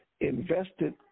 invested